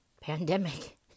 pandemic